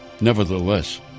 Nevertheless